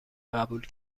قبول